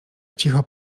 cicho